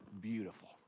Beautiful